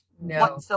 No